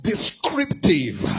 descriptive